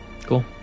cool